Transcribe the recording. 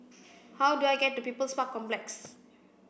how do I get to People's Park Complex